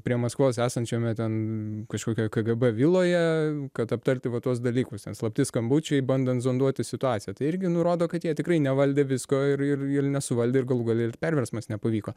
prie maskvos esančiame ten kažkokioje kgb viloje kad aptarti va tuos dalykus ten slapti skambučiai bandant zonduoti situaciją tai irgi nu rodo kad jie tikrai nevaldė visko ir ir ir nesuvaldė ir galų gale ir perversmas nepavyko